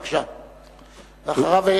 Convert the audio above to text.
ואחריו,